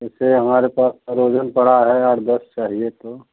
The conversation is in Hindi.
ऐसे हमारे पास फरोजन पड़ा है आठ दस चाहिए तो